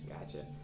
Gotcha